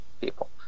people